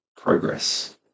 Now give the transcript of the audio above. progress